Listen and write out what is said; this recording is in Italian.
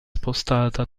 spostata